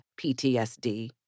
PTSD